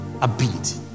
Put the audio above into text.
ability